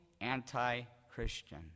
anti-Christian